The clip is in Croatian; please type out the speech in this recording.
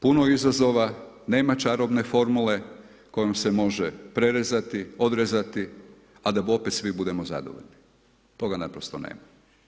Puno izazova, nema čarobne formule kojom se može prerezati, odrezati a da opet svi budemo zadovoljni, toga naprosto nema.